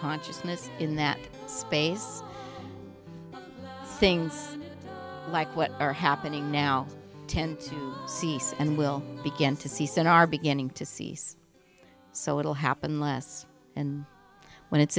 consciousness in that space things like what are happening now tend to cease and will begin to cease and are beginning to cease so it'll happen less and when it's